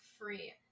free